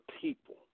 people